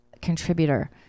contributor